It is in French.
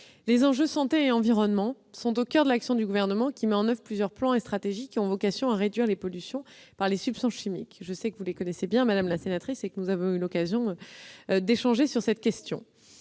Les enjeux de santé et d'environnement sont au coeur de l'action du Gouvernement, qui met en oeuvre plusieurs plans et stratégies ayant vocation à réduire les pollutions par les substances chimiques. Je sais que vous les connaissez bien, madame la sénatrice : nous avons eu l'occasion d'échanger sur cette question.